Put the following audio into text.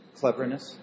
cleverness